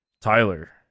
Tyler